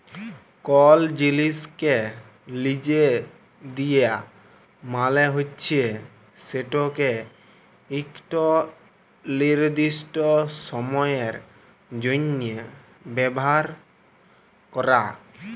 call জিলিসকে লিজে দিয়া মালে হছে সেটকে ইকট লিরদিস্ট সময়ের জ্যনহে ব্যাভার ক্যরা